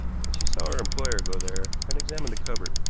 but she saw her employer go there and examine the cupboard.